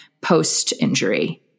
post-injury